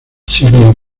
sidney